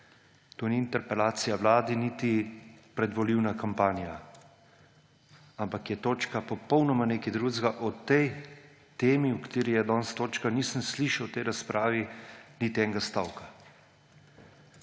To ni interpelacija Vlade niti predvolilna kampanja, ampak je točka popolnoma nekaj drugega. O tej temi, o kateri je danes točka, nisem slišal v tej razpravi niti enega stavka.